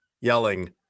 Yelling